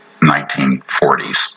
1940s